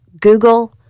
Google